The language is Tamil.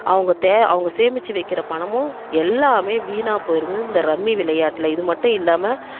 அவங்க தே அவங்க சேமித்து வைக்கிற பணமும் எல்லாமே வீணாக போயிடுது இந்த ரம்மி விளையாட்டில் இது மட்டும் இல்லாமல்